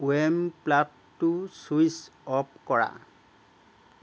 ৱেম' প্লাগটোৰ switch off কৰা